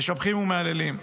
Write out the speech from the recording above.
משבחים ומהללים.